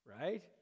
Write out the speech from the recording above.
right